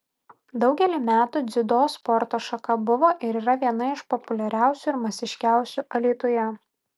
daugelį metų dziudo sporto šaka buvo ir yra viena iš populiariausių ir masiškiausių alytuje